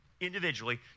Individually